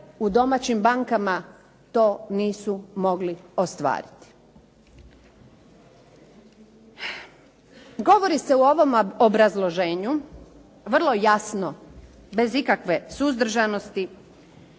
u domaćim bankama to nisu mogli ostvariti. Govori se u ovom obrazloženju vrlo jasno bez ikakve suzdržanosti